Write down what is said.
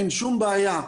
אין שום בעיה,